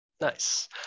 Nice